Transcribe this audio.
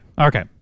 okay